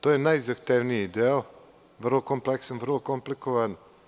To je najzahtevniji deo, vrlo kompleksan, vrlo komplikovan.